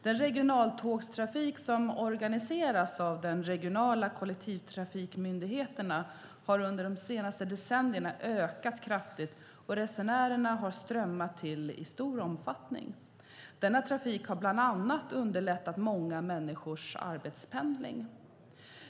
Den regionaltågstrafik som organiseras av de regionala kollektivtrafikmyndigheterna har under de senaste decennierna ökat kraftigt och resenärerna har strömmat till i stor omfattning. Denna trafik har bland annat underlättat många människors arbetspendling.